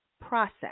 process